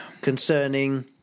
concerning